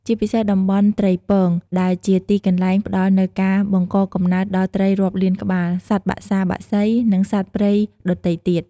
ជាពិសេសតំបន់ត្រីពង ដែលជាទីកន្លែងផ្តល់នូវការបង្កកំណើតដល់ត្រីរាប់លានក្បាល សត្វបក្សា បក្សី និងសត្វព្រៃដ៏ទៃទៀត។